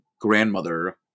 grandmother